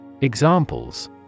Examples